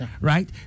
right